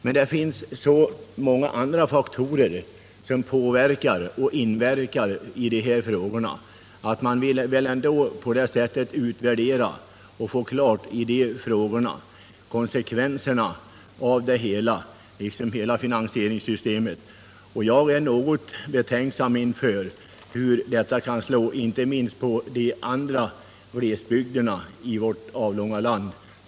Men det finns så många andra faktorer som inverkar och påverkar de här frågorna att man vill utvärdera konsekvenserna av det hela och få klarhet när det gäller finansieringssystemet. Jag är något betänksam inför hur en sådan utjämning kan slå inte minst för andra glesbygder i vårt avlånga land.